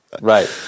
Right